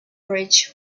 bridge